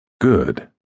Good